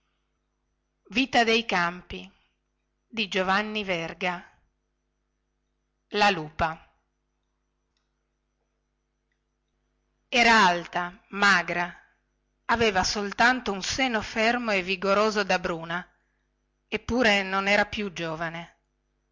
è stato riletto e controllato la lupa era alta magra aveva soltanto un seno fermo e vigoroso da bruna e pure non era più giovane